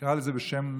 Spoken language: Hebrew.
נקרא לזה בשם,